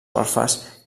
orfes